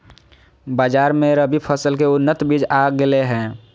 बाजार मे रबी फसल के उन्नत बीज आ गेलय हें